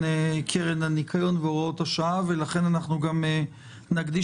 בקרן צבור הון גדול שמיועד למטרות מאוד מאוד